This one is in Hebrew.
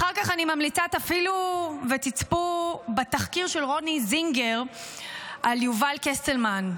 אחר כך אני ממליצה: תצפו בתחקיר של רוני זינגר על יובל קסטלמן,